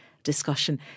discussion